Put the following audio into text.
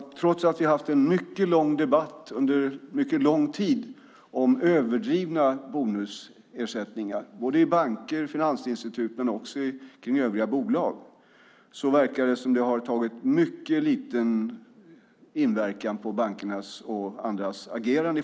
Trots att vi har haft en debatt under mycket lång tid om överdrivna bonusersättningar i banker och i finansinstitut men också i övriga bolag verkar det som att det har haft mycket liten inverkan på bankernas och andras agerande.